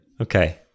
Okay